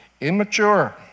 immature